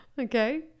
Okay